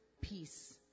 peace